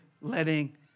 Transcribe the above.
letting